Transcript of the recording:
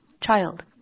child